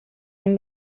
این